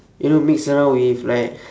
you know mix around with like